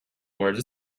words